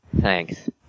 Thanks